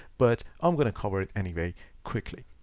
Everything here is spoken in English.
but i'm going to cover it anyway, quickly.